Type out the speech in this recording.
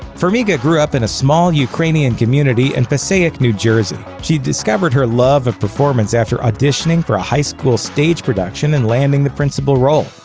farmiga grew up in a small ukrainian community in and passaic, new jersey. she discovered her love of performance after auditioning for a high school stage production and landing the principal role.